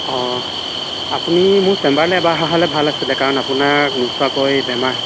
অঁ আপুনি মোৰ চেম্বাৰলৈ এবাৰ অহা হ'লে ভাল আছিলে কাৰণ আপোনাক নোচোৱাকৈ বেমাৰ